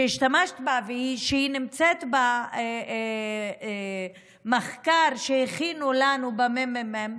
שהסטטיסטיקה שהשתמשת בה ושנמצאת במחקר שהכינו לנו בממ"מ,